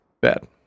Bad